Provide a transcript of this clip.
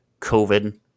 COVID